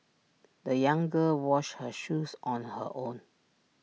the young girl washed her shoes on her own